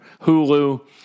Hulu